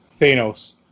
Thanos